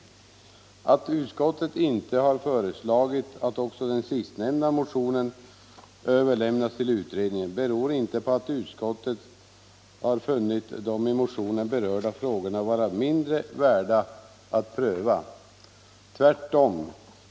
Att utskottet inte föreslagit att också den sistnämnda motionen överlämnas till utredningen beror inte på att utskottet funnit de i motionen berörda frågorna vara mindre värda att pröva. Tvärtom.